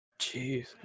Jeez